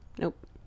Nope